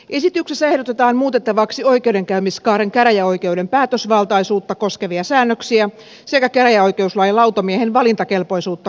esityksessä ehdotetaan muutettavaksi oikeudenkäymiskaaren käräjäoikeuden päätösvaltaisuutta koskevia säännöksiä sekä käräjäoikeuslain lautamiehen valintakelpoisuutta koskevaa säännöstä